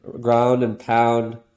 ground-and-pound